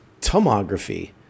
tomography